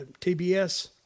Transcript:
TBS